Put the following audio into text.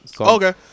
Okay